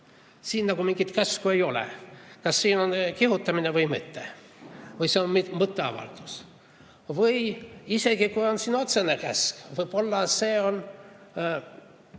siis nagu mingit käsku ei ole. Kas siis on kihutamine või mitte? Või see on mõtteavaldus? Või isegi kui on otsene käsk, siis võib-olla see on